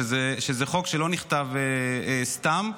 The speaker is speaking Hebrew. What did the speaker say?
שזה לא חוק שנכתב סתם,